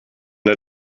der